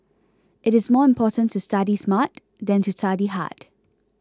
it is more important to study smart than to study hard